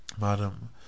madam